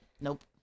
Nope